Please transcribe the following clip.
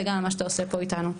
וגם מה שאתה עושה פה איתנו.